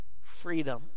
freedom